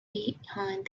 behind